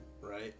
Right